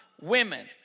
women